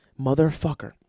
Motherfucker